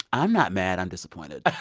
i'm not mad. i'm disappointed like,